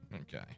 Okay